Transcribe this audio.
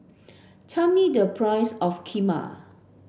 tell me the price of Kheema